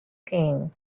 king